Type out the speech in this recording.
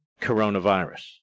coronavirus